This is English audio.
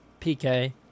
PK